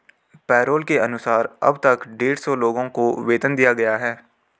payroll के अनुसार अब तक डेढ़ सौ लोगों को वेतन दिया गया है